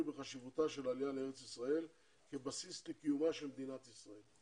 בחשיבותה של העלייה לארץ ישראל כבסיס לקיומה של מדינת ישראל,